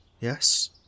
Yes